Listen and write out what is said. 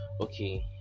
okay